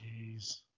Jeez